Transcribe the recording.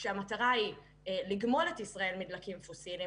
המטרה צריכה להיות לגמול את ישראל מדלקים פוסיליים